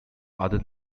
other